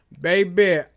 baby